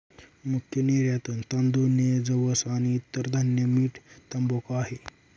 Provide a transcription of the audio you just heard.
मुख्य निर्यातत तांदूळ, नीळ, जवस आणि इतर धान्य, मीठ, तंबाखू आहे